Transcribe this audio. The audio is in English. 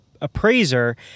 appraiser